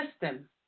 system